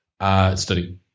study